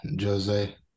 Jose